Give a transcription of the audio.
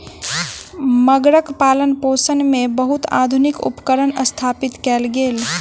मगरक पालनपोषण मे बहुत आधुनिक उपकरण स्थापित कयल गेल